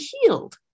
healed